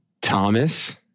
Thomas